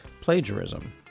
plagiarism